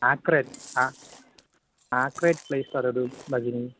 आक्रे हा आक्रेट् प्लेस् वदतु भगिनी